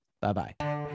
Bye-bye